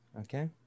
Okay